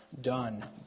done